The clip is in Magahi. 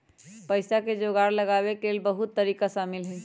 पइसा के जोगार लगाबे के लेल बहुते तरिका शामिल हइ